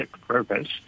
purpose